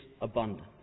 abundance